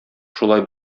шулай